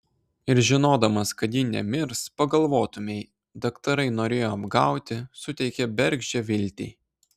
ir žinodamas kad ji nemirs pagalvotumei daktarai norėjo apgauti suteikė bergždžią viltį